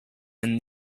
and